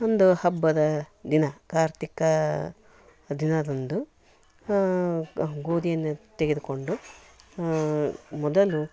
ಅಂದು ಹಬ್ಬದ ದಿನ ಕಾರ್ತಿಕ ದಿನದಂದು ಗೋಧಿಯನ್ನು ತೆಗೆದುಕೊಂಡು ಮೊದಲು